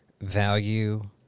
value